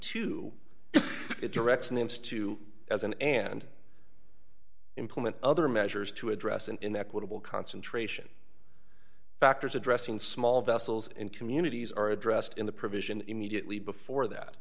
it directs names two as an and implement other measures to address an inequitable concentration factors addressing small vessels in communities are addressed in the provision immediately before that